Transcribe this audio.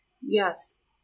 yes